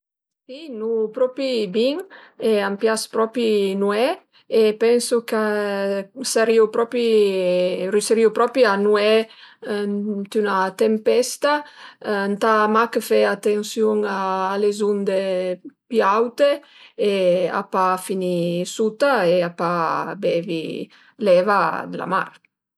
Si, nu-u propi bin e a m'pias propi nué e pensu chë sarìu propi rüserìu propi a nué ënt üna tempesta, ëntà mach fe atensiun a le unde pi aute e a pa finì suta e a pe bevi l'eva d'la mar